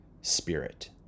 spirit